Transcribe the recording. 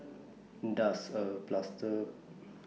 Does A Plaster